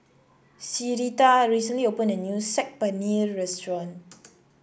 Syreeta recently opened a new Saag Paneer Restaurant